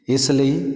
ਇਸ ਲਈ